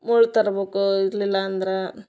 ಮುಳ್ಳು ತರ್ಬೇಕು ಇರಲಿಲ್ಲ ಅಂದ್ರೆ